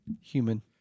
Human